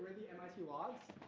the mit logs.